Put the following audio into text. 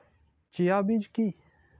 Chia বীজ কী?